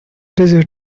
desert